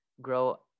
grow